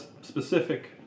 specific